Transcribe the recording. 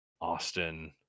Austin